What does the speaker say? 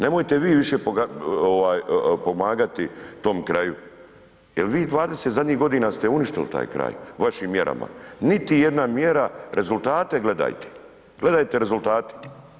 Nemojte vi više pomagati tom kraju jer vi 20 zadnjih godina ste uništili taj kraj vašim mjerama, niti jedna mjera, rezultate gledajte, gledajte rezultate.